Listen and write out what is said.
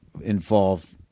involved